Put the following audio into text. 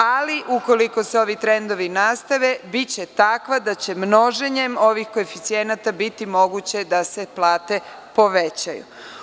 Ali, ukoliko se ovi trendovi nastave, biće takva da će množenjem ovih koeficijenata biti moguće da se plate povećaju.